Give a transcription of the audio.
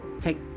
take